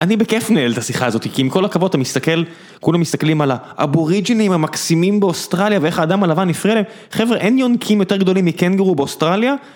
אני בכיף מנהל את השיחה הזאתי, כי עם כל הכבוד אתה מסתכל, כולם מסתכלים על האבוריג'ינים המקסימים באוסטרליה ואיך האדם הלבן הפריע להם, חבר'ה אין יונקים יותר גדולים מקנגרו באוסטרליה?